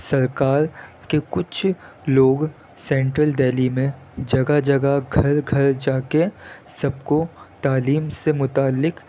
سرکار کے کچھ لوگ سینٹرل دہلی میں جگہ جگہ گھر گھر جا کے سب کو تعلیم سے متعلق